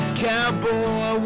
cowboy